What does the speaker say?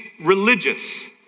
religious